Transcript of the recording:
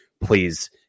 please